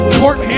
court